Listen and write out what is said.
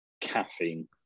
caffeine